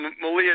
Malia